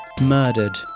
murdered